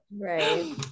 right